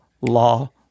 law